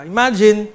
Imagine